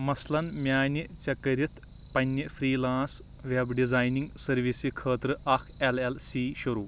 مثلاً میٛانہِ ژےٚ کٔرِتھ پنٕنِہ فرٛی لانَس ویب ڈِزاینِنٛگ سٔروِسہِ خٲطرٕ اَکھ اؠل اؠل سی شروٗع